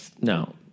no